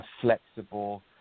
flexible